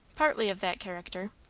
partly of that character.